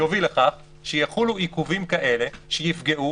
יובילו לכך שיחולו עיכובים כאלה שיפגעו